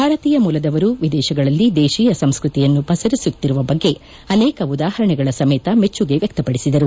ಭಾರತೀಯ ಮೂಲದವರು ವಿದೇಶಗಳಲ್ಲಿ ದೇಶಿಯ ಸಂಸ್ಕೃತಿಯನ್ನು ಪಸರಿಸುತ್ತಿರುವ ಬಗ್ಗೆ ಅನೇಕ ಉದಾಹರಣೆಗಳ ಸಮೇತ ಮೆಚ್ಚುಗೆ ವ್ಯಕ್ತಪಡಿಸಿದರು